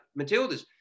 Matildas